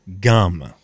gum